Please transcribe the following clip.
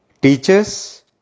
Teachers